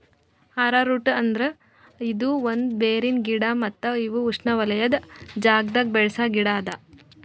arrowroot ಅಂದುರ್ ಇದು ಒಂದ್ ಬೇರಿನ ಗಿಡ ಮತ್ತ ಇವು ಉಷ್ಣೆವಲಯದ್ ಜಾಗದಾಗ್ ಬೆಳಸ ಗಿಡ ಅದಾ